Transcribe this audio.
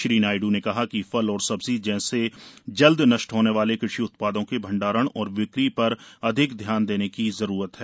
श्री नायडू ने कहा कि फल और सब्जी जैसे जल्द नष्ट होने वाले कृषि उत्पादों के भंडारण और बिक्री पर अधिक ध्यान देने की जरूरत है